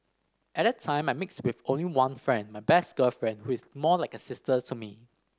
at that time I mixed with only one friend my best girlfriend who is more like a sister to me